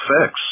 fix